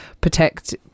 protect